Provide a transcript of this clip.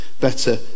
better